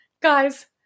guys